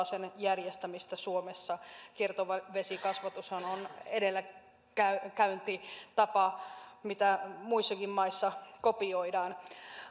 sen järjestämistä suomessa kiertovesikasvatushan on edelläkäyntitapa mitä muissakin maissa kopioidaan